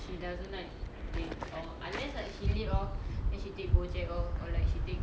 !wah! not bad ah your nenek can know how to use this atas atas app